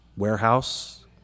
warehouse